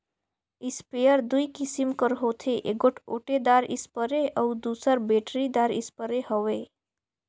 sprayer दूई किसिम कर होथे एगोट ओटेदार इस्परे अउ दूसर बेटरीदार इस्परे हवे